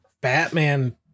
Batman